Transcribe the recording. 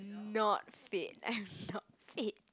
not fit I'm not fit